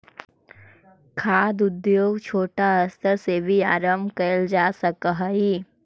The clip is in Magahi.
खाद्य उद्योग छोटा स्तर से भी आरंभ कैल जा सक हइ